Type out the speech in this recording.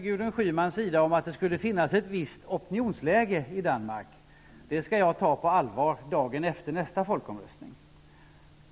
Gudrun Schymans påståenden att det skulle finnas ett visst opinionsläge i Danmark skall jag ta på allvar dagen efter nästa folkomröstning.